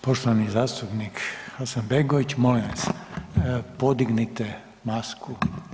Poštovani zastupnik Hasanbegović, molim vas podignite masku.